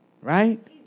Right